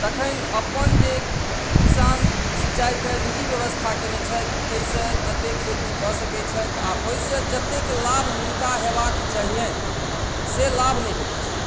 तखन अपन जे किसान सिंचाइके निजी व्यवस्था कयने छथि ताहिसँ जतेक खेती कऽ सकैत छथि आ ओहिसँ जतेक लाभ हुनका हेबाक चाहियैन से लाभ नहि भेटैत छैन्ह